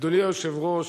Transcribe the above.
אדוני היושב-ראש,